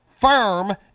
firm